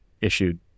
issued